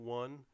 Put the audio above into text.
one